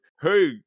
hey